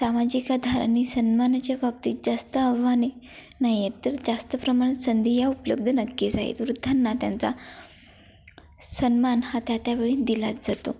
सामाजिक आधार आणि सन्मानाच्या बाबतीत जास्त आव्हाने नाही येत तर जास्त प्रमाणात संधी ह्या उपलब्ध नक्कीच आहेत वृद्धांना त्यांचा सन्मान हा त्या त्या वेळी दिलाच जातो